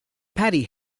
patty